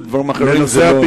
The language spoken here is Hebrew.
אדוני היושב-ראש,